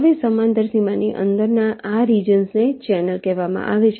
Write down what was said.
હવે સમાંતર સીમાની અંદરના આ રિજન્સ ને ચેનલ કહેવામાં આવે છે